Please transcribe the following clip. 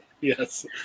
yes